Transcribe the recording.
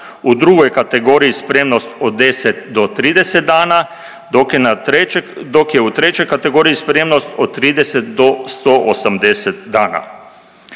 u drugoj kategoriji spremnost od 10 do 30 dana dok je u trećoj kategoriji spremnost od 30 do 180 dana.